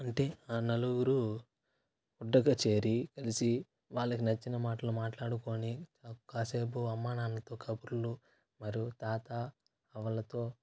అంటే ఆ నలుగురు ఉండగా చేరి కలిసి వాళ్ళకి నచ్చిన మాటలు మాట్లాడుకోని కాసేపు అమ్మ నాన్నతో కబుర్లు మరియు తాత అవ్వలతో